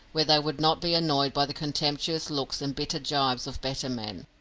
where they would not be annoyed by the contemptuous looks and bitter jibes of better men.